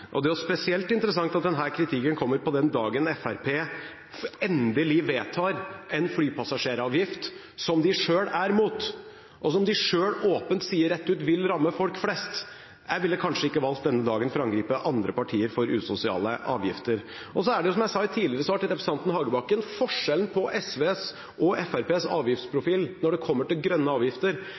Det er spesielt interessant at denne kritikken kommer på den dagen da Fremskrittspartiet endelig vedtar en flypassasjeravgift som de selv er imot, og som de selv åpent og rett ut sier vil ramme folk flest. Jeg ville kanskje ikke valgt denne dagen til å angripe andre partier for usosiale avgifter. Som jeg sa i et tidligere svar til representanten Hagebakken, er forskjellen på SVs og Fremskrittspartiets avgiftsprofil når det kommer til grønne avgifter,